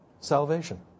salvation